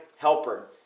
helper